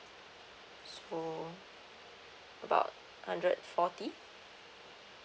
so about hundred forty